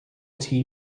tee